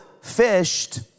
fished